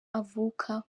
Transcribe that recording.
avuka